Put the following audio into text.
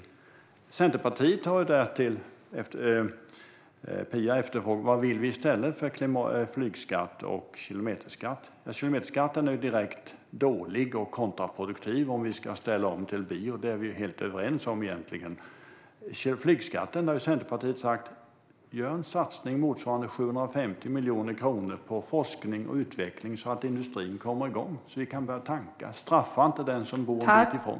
Pia efterfrågar vad vi i Centerpartiet vill ha i stället för flygskatt och kilometerskatt. Kilometerskatten är direkt dålig och kontraproduktiv om vi ska ställa om till biodrivmedel, och det är vi egentligen helt överens om. När det gäller flygskatten har Centerpartiet sagt: Gör en satsning motsvarande 750 miljoner kronor på forskning och utveckling så att industrin kommer igång och vi kan börja tanka. Straffa inte den som bor en bit ifrån!